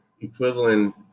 equivalent